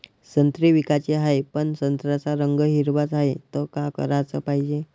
संत्रे विकाचे हाये, पन संत्र्याचा रंग हिरवाच हाये, त का कराच पायजे?